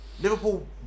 Liverpool